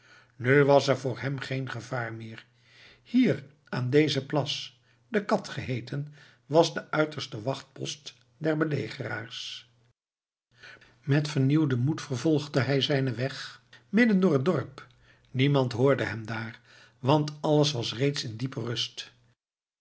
nu was er voor hem geen gevaar meer hier aan deze plas de cat geheeten was de uiterste wachtpost der belegeraars met vernieuwden moed vervolgde hij zijnen weg midden door het dorp niemand hoorde hem daar want alles was er reeds in diepe rust